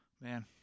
man